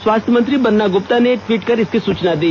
स्वास्थ्य मंत्री बन्ना गुप्ता ने टवीट कर इसकी सुचना दी